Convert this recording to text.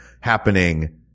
happening